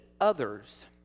others